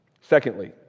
Secondly